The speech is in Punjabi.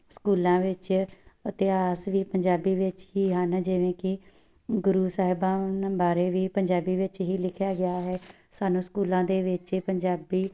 ਸਕੂਲਾਂ ਵਿੱਚ ਇਤਿਹਾਸ ਵੀ ਪੰਜਾਬੀ ਵਿੱਚ ਹੀ ਹਨ ਜਿਵੇਂ ਕਿ ਗੁਰੂ ਸਾਹਿਬਾਨ ਬਾਰੇ ਵੀ ਪੰਜਾਬੀ ਵਿੱਚ ਹੀ ਲਿਖਿਆ ਗਿਆ ਹੈ ਸਾਨੂੰ ਸਕੂਲਾਂ ਦੇ ਵਿੱਚ ਪੰਜਾਬੀ